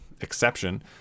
exception